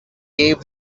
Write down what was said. gave